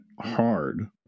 hard